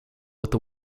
with